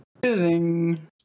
ding